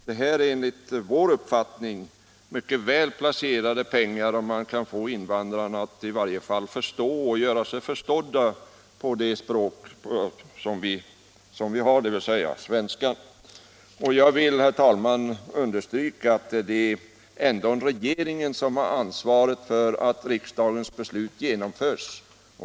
Enligt vår uppfattning är detta mycket väl använda pengar om man kan få invandrarna att förstå eller i varje fall göra sig förstådda på svenska. Jag vill, herr talman, understryka att det ändå är regeringen som har ansvaret för att riksdagens beslut genomförs.